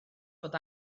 bod